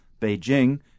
Beijing